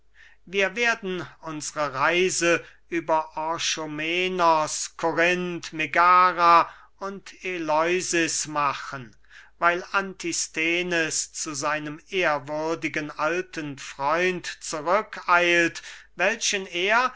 wir werden unsre reise über orchomenos korinth megara und eleusis machen weil antisthenes zu seinem ehrwürdigen alten freund zurück eilt welchen er